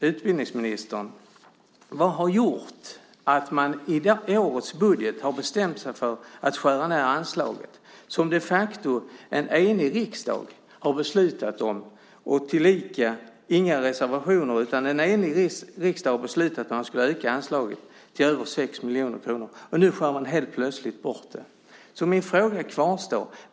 utbildningsministern är: Vad har gjort att man i årets budget har bestämt sig för att skära ned anslaget som de facto en enig riksdag har beslutat om? Det fanns inga reservationer, utan en enig riksdag beslutade om att man skulle öka anslaget till över 6 miljoner kronor. Nu skär man helt plötsligt bort det. Min fråga kvarstår.